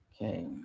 Okay